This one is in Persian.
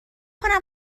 کنم